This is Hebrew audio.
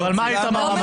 תודה.